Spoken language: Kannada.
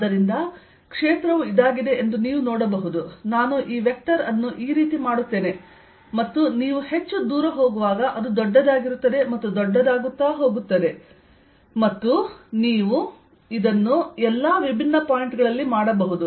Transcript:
ಆದ್ದರಿಂದ ಕ್ಷೇತ್ರವು ಇದಾಗಿದೆ ಎಂದು ನೀವು ನೋಡಬಹುದು ನಾನು ಈ ವೆಕ್ಟರ್ ಅನ್ನು ಈ ರೀತಿ ಮಾಡುತ್ತೇನೆ ಮತ್ತು ನೀವು ಹೆಚ್ಚು ದೂರ ಹೋಗುವಾಗ ಅದು ದೊಡ್ಡದಾಗಿರುತ್ತದೆ ಮತ್ತು ದೊಡ್ಡದಾಗುತ್ತಾ ಹೋಗುತ್ತದೆ ಮತ್ತು ನೀವು ಇದನ್ನು ಎಲ್ಲಾ ವಿಭಿನ್ನ ಪಾಯಿಂಟ್ಗಳಲ್ಲಿ ಮಾಡಬಹುದು